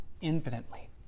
infinitely